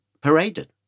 paraded